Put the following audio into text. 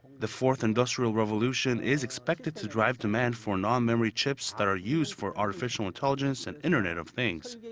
the fourth industrial revolution is expected to drive demand for non-memory chips that are used for artificial and intellligence and internet of things.